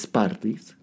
parties